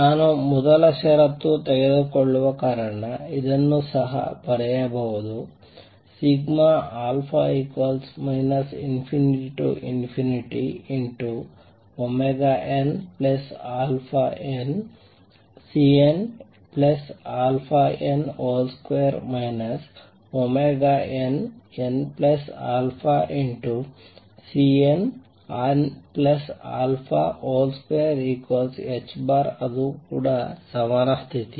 ನಾನು ಮೊದಲ ಷರತ್ತು ತೆಗೆದುಕೊಳ್ಳುವ ಕಾರಣ ಇದನ್ನು ಸಹ ಬರೆಯಬಹುದು α ∞nαn|Cnαn |2 nn α|Cnn α |2ಅದು ಕೂಡ ಸಮಾನ ಸ್ಥಿತಿ